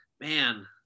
man